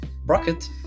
bracket